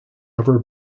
ever